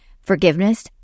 forgiveness